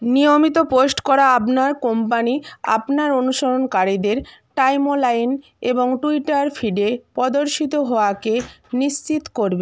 নিয়মিত পোস্ট করা আপনার কোম্পানি আপনার অনুসরণকারীদের টাইমলাইন এবং টুইটার ফিডে প্রদর্শিত হওয়াকে নিশ্চিত করবে